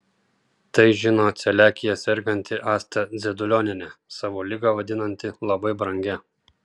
tai žino celiakija serganti asta dzedulionienė savo ligą vadinanti labai brangia